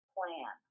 Plan